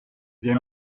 des